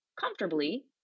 comfortably